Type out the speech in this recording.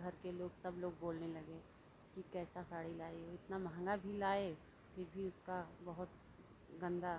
घर के लोग सब लोग बोलने लगे कि कैसा साड़ी लायी इतना महंगा भी लाये फिर भी उसका बहुत गंदा